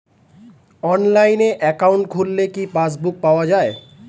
অনলাইনে একাউন্ট খুললে কি পাসবুক পাওয়া যায়?